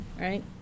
right